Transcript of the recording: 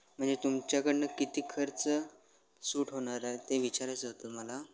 म्हणजे तुमच्याकडनं किती खर्च सूट होणार आहे ते विचारायचं होतं मला